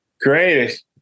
Great